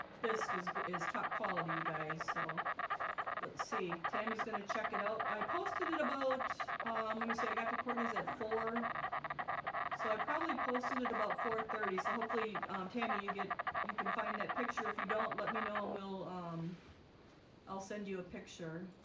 bisque is is top quality you guys so let's see tammie's going to check it out. i posted it about um, let me say i got to kourtney's at four so i probably posted it about four thirty so hopefully um tammie you get you can find that picture if you don't let me know and we'll um i'll send you a picture